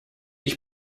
ich